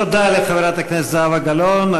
תודה רבה לחברת הכנסת זהבה גלאון.